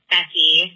Becky